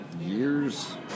years